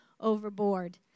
overboard